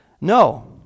No